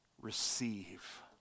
Receive